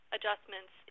Adjustments